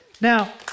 Now